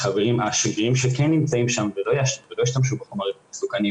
השגרירים שכן נמצאים שם ולא השתמשו בחומרים מסוכנים,